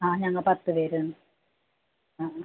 ആ ഞങ്ങൾ പത്തു പേരാണ് ആ